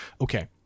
okay